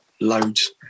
loads